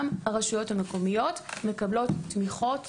גם הרשויות המקומיות מקבלות תמיכות,